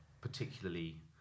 particularly